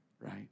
right